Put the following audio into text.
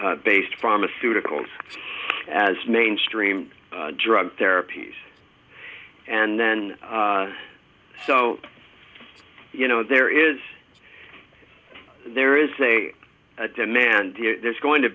based pharmaceuticals as mainstream drug therapies and then so you know there is there is a demand there's going to